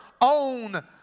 own